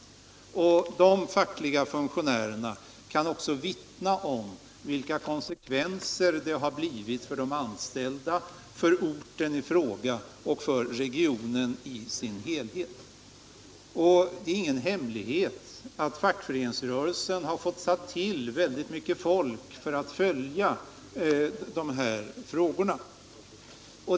De fackliga funktionärerna kan vittna om vilka konsekvenser det har blivit för de anställda, för orten i fråga och för regionen i dess helhet. Det är ingen hemlighet att fackföreningsrörelsen har fått sätta till väldigt mycket folk för att följa de här frågorna.